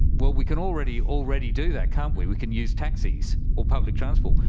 well, we can already already do that, can't we, we can use taxis or public transport,